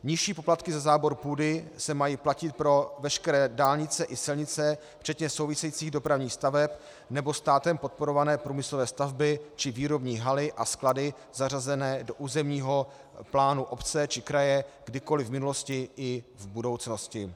Nižší poplatky za zábor půdy se mají platit pro veškeré dálnice i silnice, včetně souvisejících dopravních staveb, nebo státem podporované průmyslové stavby či výrobní haly a sklady zařazené do územního plánu obce či kraje kdykoliv v minulosti i v budoucnosti.